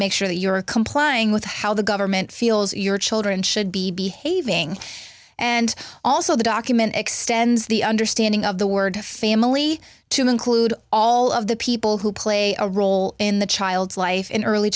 make sure that you're complying with how the government feels your children should be behaving and also the document extends the understanding of the word family to include all of the people who play a role in the child's life in early